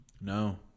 No